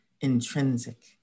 intrinsic